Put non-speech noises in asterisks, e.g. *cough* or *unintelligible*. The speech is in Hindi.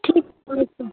ठीक *unintelligible*